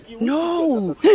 No